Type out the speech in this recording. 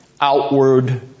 outward